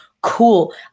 cool